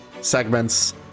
segments